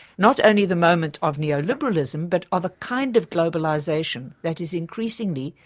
not only the moment of neo-liberalism but of a kind of globalisation that is increasingly,